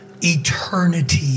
eternity